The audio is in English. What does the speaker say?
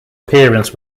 appearance